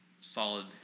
Solid